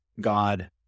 God